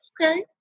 okay